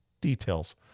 Details